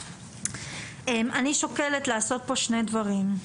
אני שוקלת לעשות פה שני דברים.